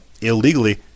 illegally